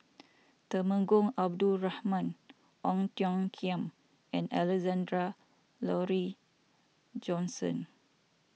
Temenggong Abdul Rahman Ong Tiong Khiam and Alexander Laurie Johnston